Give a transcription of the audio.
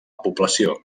població